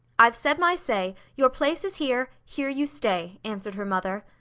i've said my say! your place is here! here you stay! answered her mother.